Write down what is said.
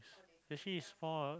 actually it's more a